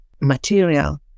material